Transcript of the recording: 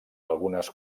algunes